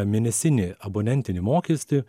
mėnesinį abonentinį mokestį